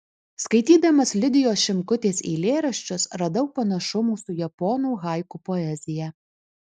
skaitydamas lidijos šimkutės eilėraščius radau panašumų su japonų haiku poezija